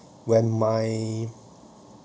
when my